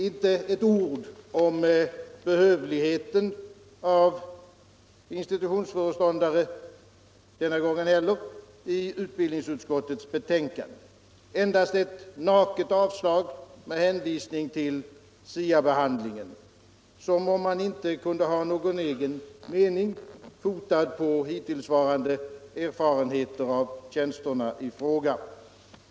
Inte ett ord om behövligheten av institutionsföreståndare denna gång heller i utbildningsutskottets betänkande! Endast ett naket avslag med hänvisning till SIA behandlingen, som om man inte kunde ha en egen mening fotad på hittillsvarande erfarenheter av tjänsterna i fråga.